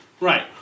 right